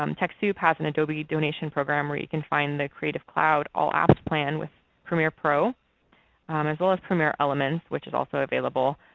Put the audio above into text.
um techsoup has an adobe donation program where you can find the creative cloud all apps plan with premier pro as well as premier elements which is also available,